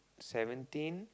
seventeen